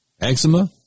eczema